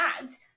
ads